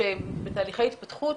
שבתהליכי התפתחות,